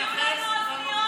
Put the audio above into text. תביאו לנו אוזניות עם תרגום.